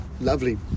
lovely